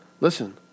listen